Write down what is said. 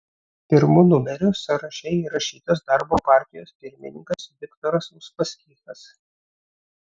pirmu numeriu sąraše įrašytas darbo partijos pirmininkas viktoras uspaskichas